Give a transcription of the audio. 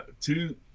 two